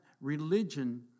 religion